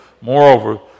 moreover